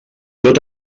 tot